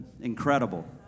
Incredible